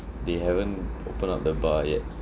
they haven't open up the bar yet